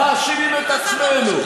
מאשימים את עצמנו,